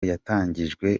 yatangijwe